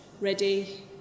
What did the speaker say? ready